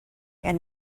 and